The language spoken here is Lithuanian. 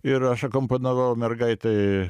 ir aš akompanavau mergaitei